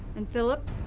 and philip?